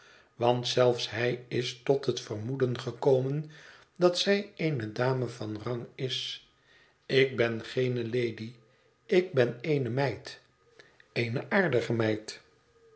want zelfs hij is tot het vermoeden gekomen dat zij eene dame van rang is ik ben geene lady ik ben eene meid eene aardige meid